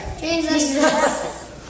Jesus